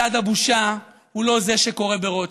מצעד הבושה הוא לא זה שקורה ברוטשילד,